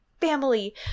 family